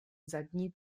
zadní